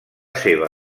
seva